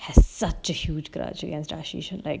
has such a huge grudge against ashey so like